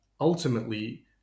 ultimately